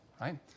right